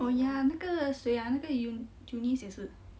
oh ya 那个谁啊那个 eu~ eunice 也是